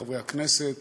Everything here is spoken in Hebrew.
חברי הכנסת,